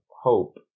hope